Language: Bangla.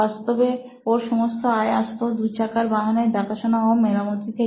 বাস্তবে ওর সমস্ত আয় আসত দু চাকার বাহনের দেখাশোনা ও মেরামতি থেকে